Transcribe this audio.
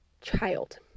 child